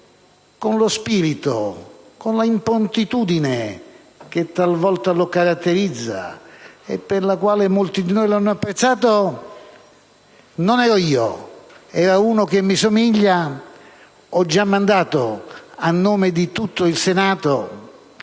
con lo spirito e l'improntitudine che talvolta lo caratterizza e per la quale molti di noi lo hanno apprezzato: non ero io, era uno che mi somiglia; ho già mandato a nome di tutto il Senato